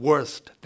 Worst